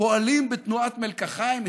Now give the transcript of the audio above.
פועלים בתנועת מלקחיים,